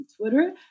Twitter